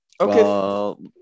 Okay